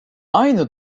aynı